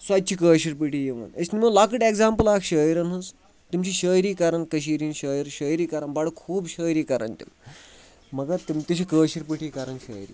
سۄ تہِ چھِ کٲشِر پٲٹھی یِوان أسۍ نِمو لۄکٕٹۍ اٮ۪کزامپٕل اَکھ شٲعرَن ہٕنٛز تِم چھِ شٲعری کَران کٔشیٖرِ ہِنٛدۍ شٲعر شٲعری کَران بَڑٕ خوٗب شٲعری کَران تِم مگر تِم تہِ چھِ کٲشِر پٲٹھی کَران شٲعری